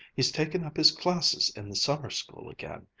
he's taken up his classes in the summer school again.